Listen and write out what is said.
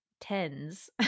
tens